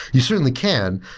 you certainly can.